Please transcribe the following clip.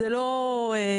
זה לא אקסטרה.